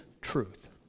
truth